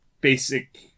basic